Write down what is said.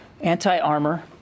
anti-armor